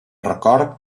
record